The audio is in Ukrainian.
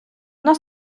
нас